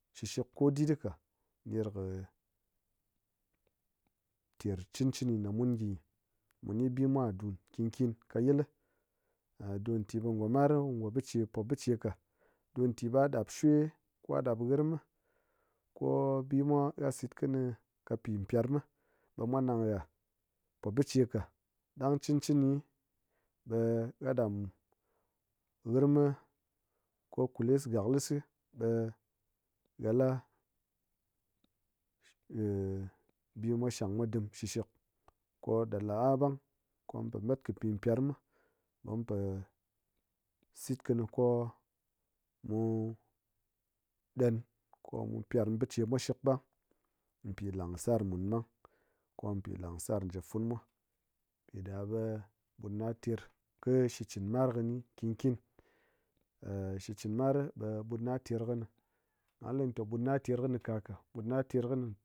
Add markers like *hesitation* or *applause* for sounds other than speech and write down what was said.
shikshik kodit ka ner kɨ *hesitation* ter cɨn chɨni ne mun gyi ngyɨ, mini bimwa dun nkin nkin ka yil li. A donti ɓe ngo mar ngo bicheka, donti ɓa ha ɗap shwe, kwa ɗap hirm ko bimwa ha sit kini ka pi prem mi ɓe mwa nang ha po bicheka ɗang cɨn chɨni ɓe ha ɗap hirm mi ko kules gaklis si ɓe ha la *hesitation* bimwa shang mwa dim shikshik ko ɗa la'aɓang ko gha po mat kɨ pi pyerm ɓe mun po sit kini ko mu ɗen ko mu pyerm bichemwa kishik ɓang pi langsar mun ɓang ko pi langsar jap funumwa, piɓaɓe ɓut na ter kɨ shikchɨn mar kini nkin nkin, *hesitation* shikchɨn mar ɓe ɓutna ter kɨni ka̱ ka ɓut na ter kɨni